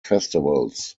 festivals